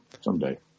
someday